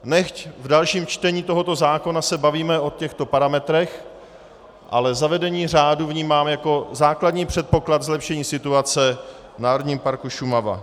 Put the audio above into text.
Nechť se v dalším čtení tohoto zákona bavíme o těchto parametrech, ale zavedení řádu vnímám jako základní předpoklad zlepšení situace v Národním parku Šumava.